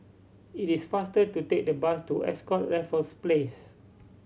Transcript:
it is faster to take the bus to Ascott Raffles Place